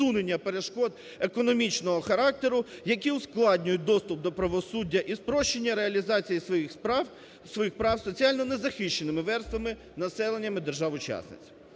перешкод економічного характеру, які ускладнюють доступ до правосуддя і спрощення реалізації своїх прав соціально незахищеними верствами населення держав-учасниць.